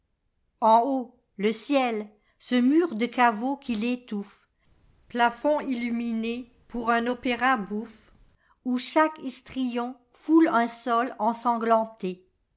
en haut le ciell ce mur de caveau qui l'étouffé plafond illuminé pour un opéra bouffe où chaque histrion foule un sol ensanglanté